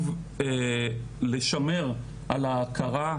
והשאלה אם עד שתהיה החקיקה,